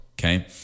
okay